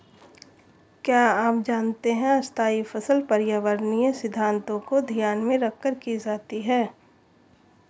क्या आप जानते है स्थायी फसल पर्यावरणीय सिद्धान्तों को ध्यान में रखकर की जाती है?